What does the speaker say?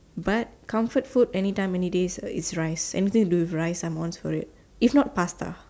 but comfort food anytime any days is rice anything with do with rice I am on for it if not pasta